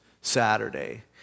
Saturday